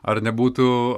ar nebūtų